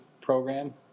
program